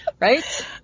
Right